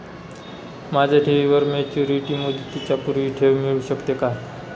माझ्या ठेवीवर मॅच्युरिटी मुदतीच्या पूर्वी ठेव मिळू शकते का?